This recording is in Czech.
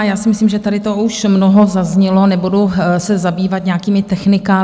Já si myslím, že tady toho už mnoho zaznělo, nebudu se zabývat nějakými technikáliemi.